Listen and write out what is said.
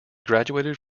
graduated